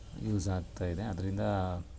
use ಆಗ್ತಾಯಿದೆ ಅದರಿಂದ